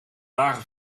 lagen